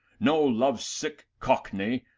no love sick cockney,